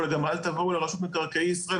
וגם אל תבואו לרשות מקרקעי ישראל,